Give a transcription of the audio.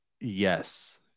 Yes